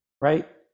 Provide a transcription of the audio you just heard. right